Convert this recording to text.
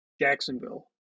Jacksonville